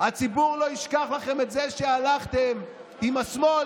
הציבור לא ישכח לכם את זה שהלכתם עם השמאל